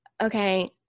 okay